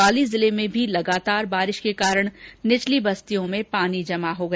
पाली जिले में भी लगातार बारिश के कारण निचली बस्तियों में पानी जमा हो गया